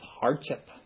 hardship